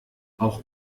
auch